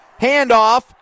handoff